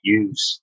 use